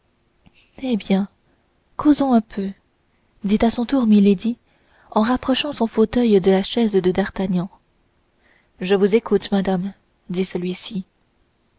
eh bien causons un peu dit à son tour milady en rapprochant son fauteuil de la chaise de d'artagnan je vous écoute madame dit celui-ci